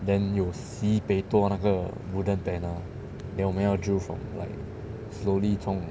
then 有 sibeh 多那个 wooden panel then 我们要 drill from like slowly 从